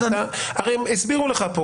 הרי הסבירו לך פה,